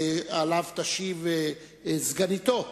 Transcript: שעליה תשיב סגניתו,